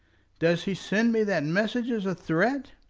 does he send me that message as a threat?